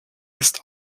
ist